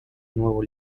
nuevo